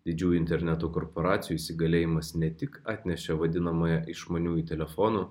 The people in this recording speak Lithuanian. didžiųjų interneto korporacijų įsigalėjimas ne tik atnešė vadinamąją išmaniųjų telefonų